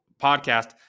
podcast